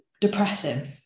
depressing